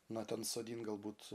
na ten sodinti galbūt